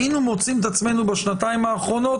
היינו מוצאים את עצמנו בשנתיים האחרונות